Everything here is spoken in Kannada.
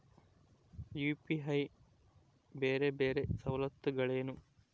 ಯು.ಪಿ.ಐ ಬೇರೆ ಬೇರೆ ಸವಲತ್ತುಗಳೇನು?